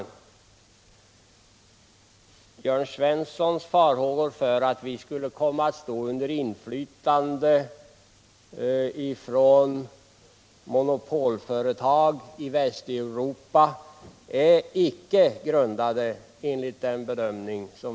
Jörn Svenssons farhågor för att vi skulle komma att stå under inflytande av monopolföretag i Västeuropa är icke sakligt grundade enligt utskottets bedömning.